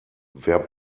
wer